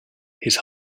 his